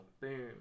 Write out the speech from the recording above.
Boom